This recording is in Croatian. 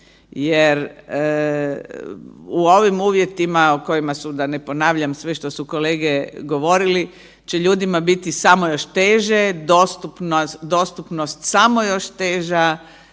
jer u ovim uvjetima u kojima su, da ne ponavljam sve što su kolege govorili, će ljudima biti samo još teže, dostupnost samo još teža